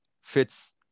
fits